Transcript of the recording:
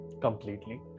completely